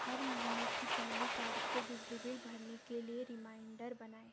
हर महीने की पहली तारीख को बिजली बिल भरने के लिए रिमाइंडर बनाएँ